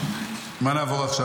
למה נעבור עכשיו?